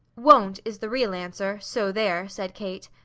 won't, is the real answer, so there said kate.